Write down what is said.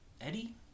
Eddie